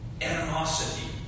Animosity